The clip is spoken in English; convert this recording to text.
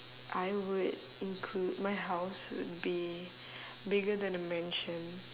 I would include my house would be bigger than a mansion